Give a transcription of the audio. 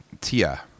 Tia